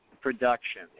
production